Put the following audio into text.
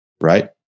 Right